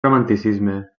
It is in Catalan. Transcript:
romanticisme